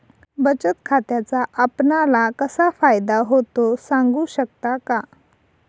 बचत खात्याचा आपणाला कसा फायदा होतो? सांगू शकता का?